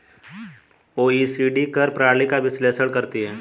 OECD कर प्रणाली का विश्लेषण करती हैं